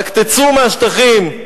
רק תצאו מהשטחים.